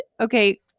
okay